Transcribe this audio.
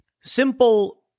Simple